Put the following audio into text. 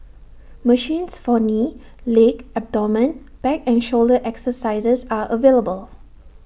machines for knee leg abdomen back and shoulder exercises are available